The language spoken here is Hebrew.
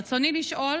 רצוני לשאול: